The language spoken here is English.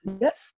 yes